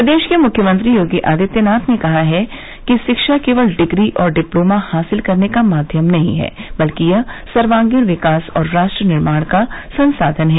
प्रदेश के मुख्यमंत्री योगी आदित्यनाथ ने कहा है कि शिक्षा केवल डिग्री एवं डिप्लोमा हासिल करने का माध्यम नहीं है बल्क यह सर्वगीण विकास और राष्ट्र निर्माण का संसाधन है